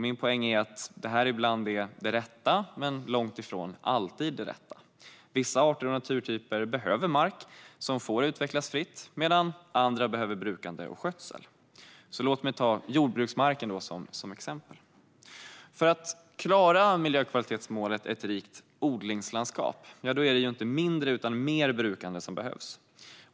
Min poäng är att det ibland är det rätta men långt ifrån alltid det rätta. Vissa arter och naturtyper behöver mark som får utvecklas fritt medan andra behöver brukande och skötsel. Låt mig ta jordbruksmarken som exempel. För att klara miljökvalitetsmålet Ett rikt odlingslandskap är det inte mindre utan mer brukande som behövs.